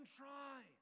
try